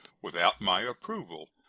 without my approval,